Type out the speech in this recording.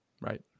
Right